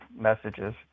messages